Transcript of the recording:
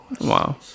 Wow